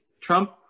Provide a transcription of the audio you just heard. Trump